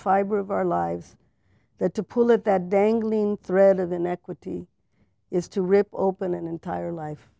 fiber of our lives that to pull it that dangling thread of inequity is to rip open an entire life